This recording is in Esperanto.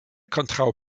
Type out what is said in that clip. kontraŭ